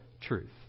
truth